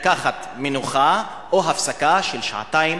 לקחת מנוחה או הפסקה של שעתיים,